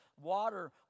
water